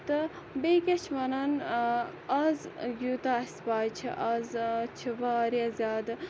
تہٕ بییٚہِ کیاہ چھِ وَنان آز یوٗتاہ اَسہِ پاے چھِ آز چھِ واریاہ زیادٕ